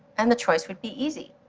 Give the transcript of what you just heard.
and the choice would be easy.